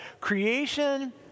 creation